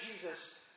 Jesus